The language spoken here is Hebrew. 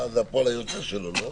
לא?